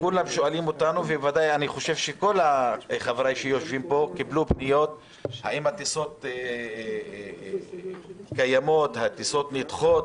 אני חושב שכל חבריי שיושבים פה קיבלו פניות האם הטיסות קיימות או נדחות.